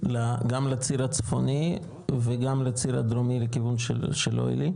גם לציר הצפוני וגם לציר הדרומי לכיוון של שילה אלי?